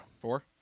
four